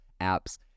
apps